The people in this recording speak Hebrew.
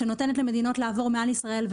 שנותנת למדינות לעבור מעל ישראל,